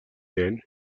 then